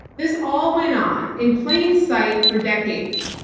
this all went on in plain sight for decades.